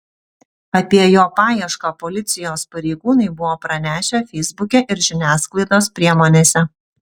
apie jo paiešką policijos pareigūnai buvo pranešę feisbuke ir žiniasklaidos priemonėse